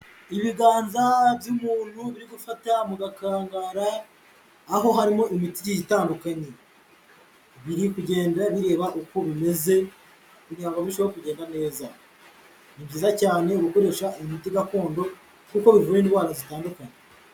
Ibiganza by'umuntu biri gufata mu gakangara aho harimo imiti igiye itandukanye, biri kugenda bireba uko bimeze kugira ngo birushaho kugenda neza, ni byiza cyane gukoresha imiti gakondo kuko bivura indwara zitandukanye.